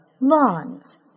Lawns